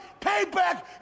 payback